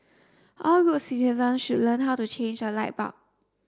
all good citizens should learn how to change a light bulb